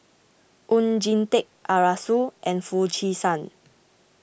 Oon Jin Teik Arasu and Foo Chee San